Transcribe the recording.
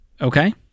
okay